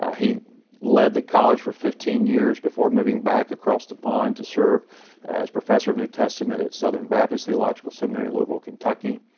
ah he led the college for fifteen years before moving back across the pond to serve as professor of new testament at southern baptist theological seminary in louisville kentucky.